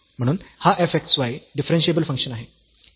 म्हणून हा f x y differentiable function आहे